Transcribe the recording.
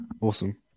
Awesome